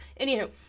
Anywho